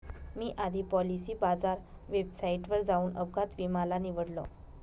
मी आधी Policybazaar वेबसाईटवर जाऊन अपघात विमा ला निवडलं